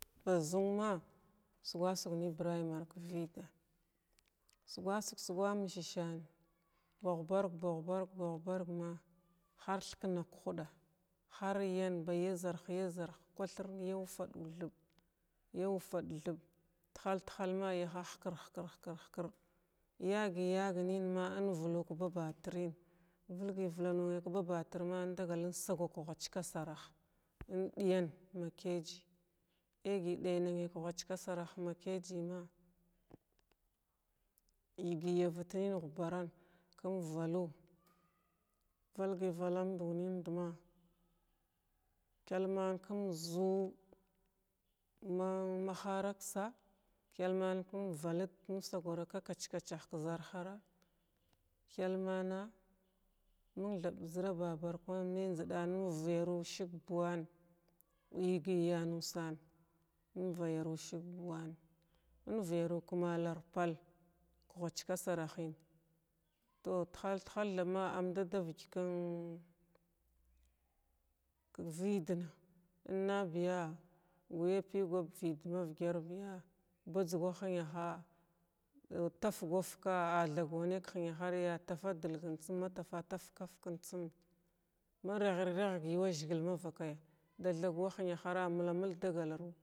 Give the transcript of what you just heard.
Sugwa sug ni ibram may ka vidda sugwa sug sugwa məshishia na ba ghubarg-ba ghubarg-ba ghubarg ma har thikna k-huɗa har yau ba yazir-ba yazir kwa thirn yu fad, thuɓ, yu fad, thuɓ tahal halma yu hkird- hikird- hkird- hkird ya gi yag nəna ma in vlu ka baba tirən vəlgəy valanu nay ka ghwachka sarah inɗiyan ma kayji ɗegəy dəya-nay ka ghwachka sarah inɗiya nay ma mayji ma yəgəy yavatnən ghuɓaran kun valu vəlgəy vulfu numd ma kyalma kum zoo ma ma haraksa kyalman kum vahit in swagara ka kach-kacha ka zarhara kyalmana məng in vayaru shəg buuwan yəgəy ya musan in vagaru shəy buuwan vəyaru ka malar pal ghwachka sarahən tow t-hal-t-hal thaɓma am dada vəg kan vədna innabiya gəya pigay k-vəd ma v-gyar biya bajzga hənaha tafgwa fkway a thag wanay k-hənahar ya tafa dəlgən tsum ma tafa dafga ka fkən tsum ma raghit raghga yuwa zəgəl ma vakayya da thagwa hənahara malam mulg dagah ruwa.